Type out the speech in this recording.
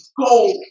go